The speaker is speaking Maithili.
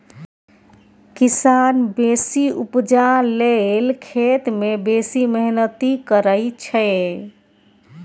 किसान बेसी उपजा लेल खेत मे बेसी मेहनति करय छै